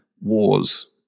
wars